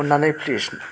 अन्नानै फ्लिस